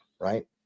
right